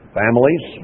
families